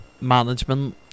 management